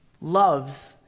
loves